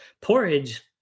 porridge